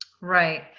Right